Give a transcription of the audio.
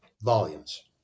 volumes